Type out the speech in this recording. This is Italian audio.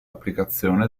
applicazione